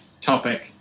topic